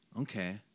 Okay